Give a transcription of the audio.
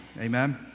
Amen